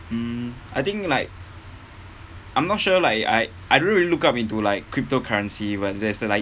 um I think like I'm not sure like I I don't really look up into like cryptocurrency but there's still like